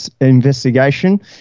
investigation